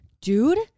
Dude